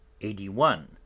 eighty-one